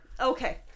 Okay